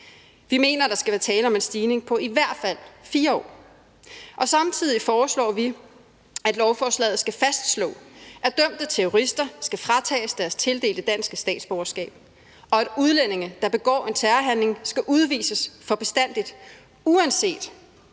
Vi mener, der skal være tale om en stigning på i hvert fald 4 år, og samtidig foreslår vi, at lovforslaget skal fastslå, at dømte terrorister skal fratages deres tildelte danske statsborgerskab, og at udlændinge, der begår en terrorhandling, skal udvises for bestandig, uanset